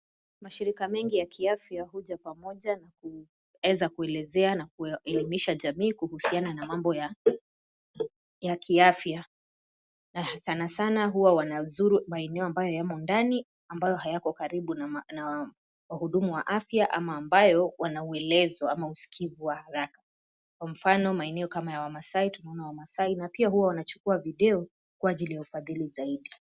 Mashirika mengi ya kiafya huja pamoja na kuweza kuelezea na kuelimisha jamii kuhusiana na mambo ya kiafya, na sanasana huwa wanazuru maeneo ambayo yamo ndani ambayo hayako karibu na wahudumu wa afya ama ambayo wana uelezo au usikivu wa haraka. Kwa mfano, maeneo kama ya wamaasai, tunaona wamaasai na pia huwa wanachukuwa video kwa ajili ya ufadhili zaidi.